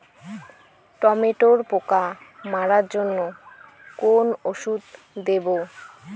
টমেটোর পোকা মারার জন্য কোন ওষুধ দেব?